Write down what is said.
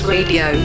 Radio